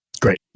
Great